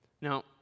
Now